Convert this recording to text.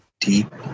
deep